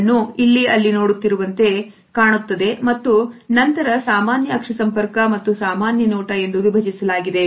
ಇದನ್ನು ಇಲ್ಲಿ ಅಲ್ಲಿ ನೋಡುತ್ತಿರುವಂತೆ ಕಾಣುತ್ತದೆ ಮತ್ತು ನಂತರ ಸಾಮಾನ್ಯ ಅಕ್ಷಿ ಸಂಪರ್ಕ ಮತ್ತು ಸಾಮಾನ್ಯ ನೋಟ ಎಂದು ವಿಭಜಿಸಲಾಗಿದೆ